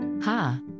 Ha